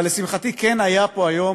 אבל, לשמחתי, כן היה פה היום